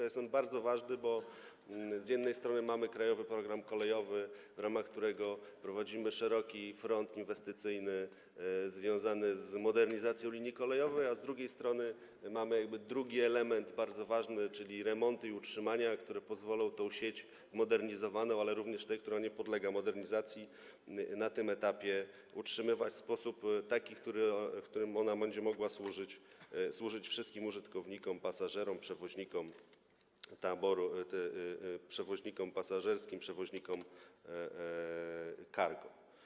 A jest on bardzo ważny, bo z jednej strony mamy „Krajowy program kolejowy”, w ramach którego prowadzimy szeroki front inwestycyjny związany z modernizacją linii kolejowej, a z drugiej strony mamy drugi element, bardzo ważny, czyli remonty i utrzymania, które pozwolą tę sieć modernizowaną, ale również tę, która nie podlega modernizacji, na tym etapie utrzymywać w taki sposób, że ona będzie mogła służyć wszystkim użytkownikom: pasażerom, przewoźnikom, przewoźnikom pasażerskim, przewoźnikom cargo.